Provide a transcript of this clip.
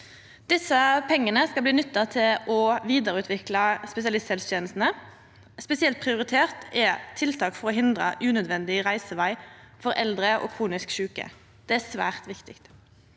Desse pengane skal bli nytta til å vidareutvikla spesialisthelsetenestene, og spesielt prioritert er tiltak for å hindra unødvendig reiseveg for eldre og kronisk sjuke. Det er svært viktig.